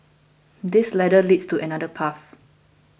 this ladder leads to another path